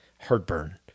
heartburn